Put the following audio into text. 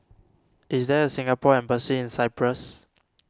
is there a Singapore Embassy in Cyprus